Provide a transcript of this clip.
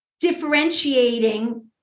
differentiating